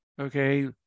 Okay